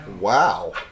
Wow